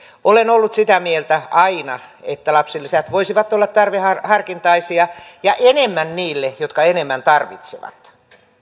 olen ollut sitä mieltä aina että lapsilisät voisivat olla tarveharkintaisia ja että enemmän niille jotka enemmän tarvitsevat